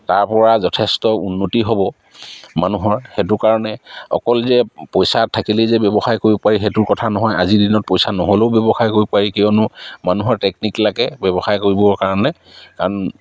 তাৰপৰা যথেষ্ট উন্নতি হ'ব মানুহৰ সেইটো কাৰণে অকল যে পইচা থাকিলেই যে ব্যৱসায় কৰিব পাৰি সেইটোৰ কথা নহয় আজিৰ দিনত পইচা নহ'লেও ব্যৱসায় কৰিব পাৰি কিয়নো মানুহৰ টেকনিক লাগে ব্যৱসায় কৰিবৰ কাৰণে কাৰণ